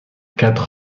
quatre